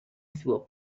through